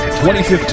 2015